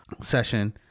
session